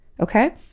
Okay